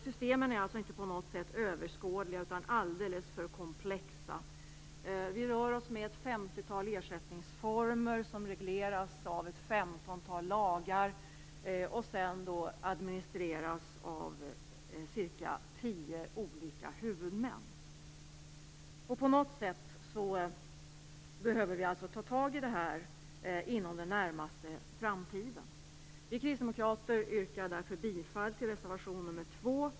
Systemen är inte på något sätt överskådliga utan är alldeles för komplexa. Det finns ett femtiotal ersättningsformer som regleras av ett femtontal lagar och administreras av cirka tio olika huvudmän. På något sätt behöver vi ta tag i detta inom den närmaste framtiden. Vi kristdemokrater yrkar därför bifall till reservation nr 2.